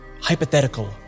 hypothetical